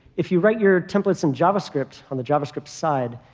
if you write your templates in javascript on the javascript side,